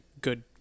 good